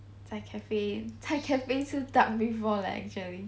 在 cafe 在 cafe 吃 duck before actually